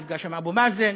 נפגש עם אבו מאזן,